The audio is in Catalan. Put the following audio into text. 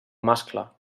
mascle